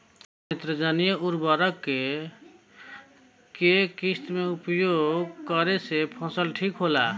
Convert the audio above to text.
नेत्रजनीय उर्वरक के केय किस्त मे उपयोग करे से फसल ठीक होला?